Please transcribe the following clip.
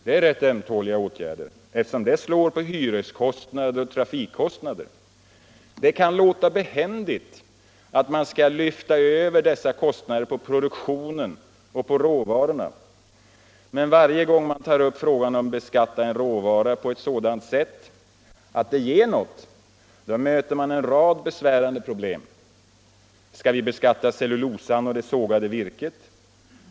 Det är rätt ömtåliga åtgärder, eftersom det slår på hyreskostnader och trafikkostnader —--=- Det kan låta behändigt att man skall lyfta över dessa kostnader på produktion och på råvarorna ——-- Men varje gång man tar upp frågan om att beskatta en råvara på ett sådant sätt att det ger något möter man en rad besvärande problem. Skall vi beskatta cellulosan och det sågade virket?